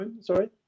sorry